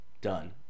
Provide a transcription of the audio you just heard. Done